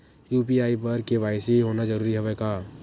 UPI बर KYC होना जरूरी हवय का?